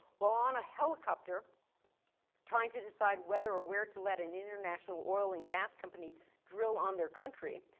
while on a helicopter trying to decide whether or where to let an international oil and gas company drill on their country,